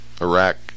Iraq